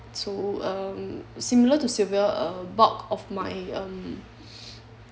so um similar to sylvia a bulk of my um